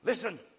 Listen